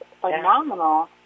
phenomenal